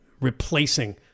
replacing